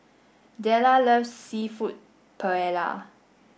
Della loves Seafood Paella